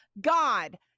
God